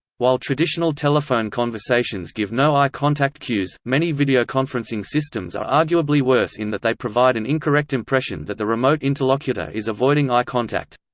while traditional telephone conversations give no eye contact cues, many videoconferencing systems are arguably worse in that they provide an incorrect impression that the remote interlocutor is avoiding eye contact.